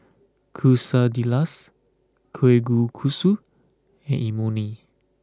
Quesadillas Kalguksu and Imoni